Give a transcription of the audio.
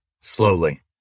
slowly